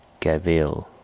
Gavil